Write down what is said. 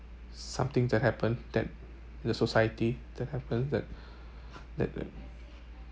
something that happen that the society that happened that that that